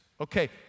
okay